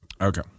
Okay